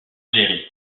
géry